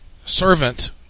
servant